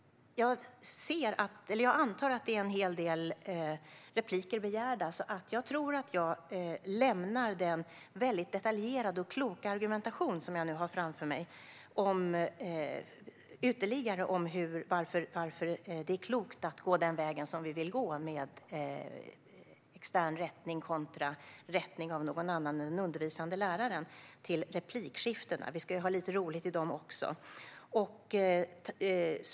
Jag antar att en hel del repliker är begärda, så jag tror att jag väntar till replikskiftena med den väldigt detaljerade och kloka ytterligare argumentation som jag har framför mig om varför det är klokt att gå den väg som vi vill gå med extern rättning eller rättning av någon annan än den undervisande läraren. Vi ska ju ha lite roligt där också!